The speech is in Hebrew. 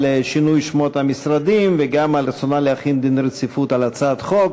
על שינוי שמות המשרדים ועל רצונה להחיל דין רציפות על הצעת חוק.